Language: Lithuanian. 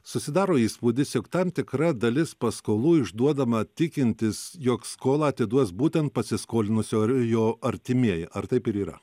susidaro įspūdis jog tam tikra dalis paskolų išduodama tikintis jog skolą atiduos būtent pasiskolinusio ar jo artimieji ar taip ir yra